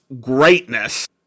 greatness